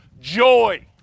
joy